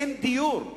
אין דיור.